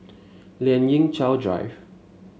Lien Ying Chow Drive